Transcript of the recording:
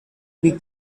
been